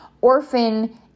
orphan